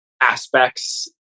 aspects